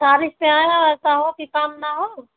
तारीख पे आया और ऐसा हो कि काम न हो